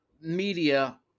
media